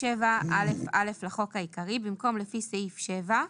בסעיף 7א(א) לחוק העיקרי, במקום "לפי סעיף 7"